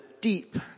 deep